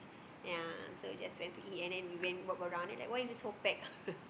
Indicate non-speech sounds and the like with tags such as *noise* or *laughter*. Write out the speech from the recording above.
ya so we just went to eat and then we went walk around like that why he is so packed *laughs*